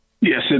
yes